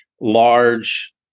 large